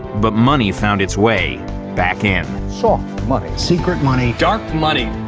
but money found its way back in. soft money. secret money. dark money.